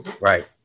right